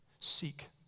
Seek